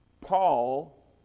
Paul